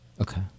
okay